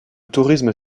tourisme